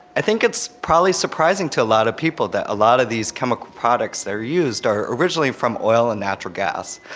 i think it's probably surprising to a lot of people that a lot of these chemical products that are used are originally from oil and natural gas,